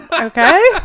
Okay